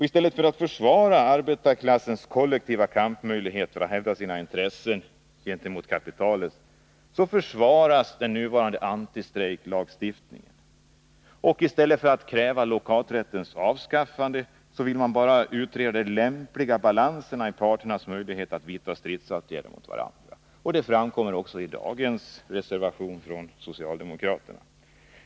I stället för att försvara arbetarklassens kollektiva kampmöjligheter och möjligheter att hävda sina intressen gentemot kapitalet försvarar man den nuvarande antistrejklagstiftningen. Och i stället för att kräva lockouträttens avskaffande vill man bara utreda den lämpliga ”balansen” i parternas möjligheter att vidta stridsåtgärder mot varandra. Denna inställning finns också i den aktuella reservationen från socialdemokraterna.